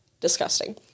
Disgusting